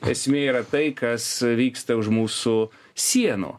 esmė yra tai kas vyksta už mūsų sienų